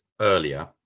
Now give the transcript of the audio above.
earlier